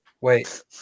Wait